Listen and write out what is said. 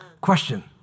Question